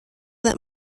that